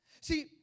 See